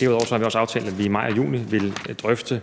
Derudover har vi også aftalt, at vi i maj og juni vil drøfte